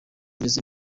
ameze